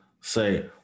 say